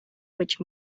which